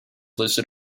listed